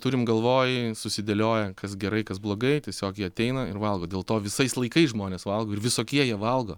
turim galvoj susidėlioję kas gerai kas blogai tiesiog jie ateina ir valgo dėl to visais laikais žmonės valgo ir visokie jie valgo